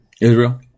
Israel